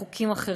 עם חוקים אחרים,